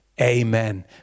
amen